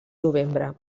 novembre